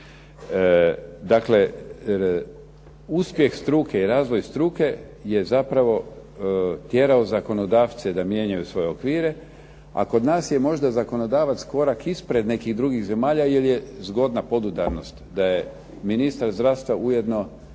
Dakle, uspjeh struke i razvoj struke je zapravo tjerao zakonodavce da mijenjaju svoje okvire, a kod nas je možda zakonodavac korak ispred nekih drugih zemalja jer je zgodna podudarnost da je ministar zdravstva upravo